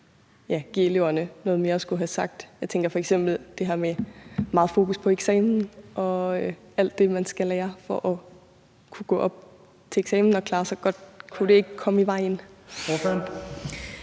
give eleverne noget mere at skulle have sagt? Jeg tænker f.eks. på det her med meget fokus på eksamen og alt det, man skal lære for at kunne gå op til eksamen og klare sig godt. Kunne det ikke komme i vejen?